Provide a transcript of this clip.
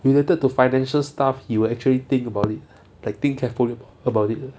related to financial stuff he will actually think about it like think carefully about it uh